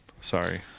sorry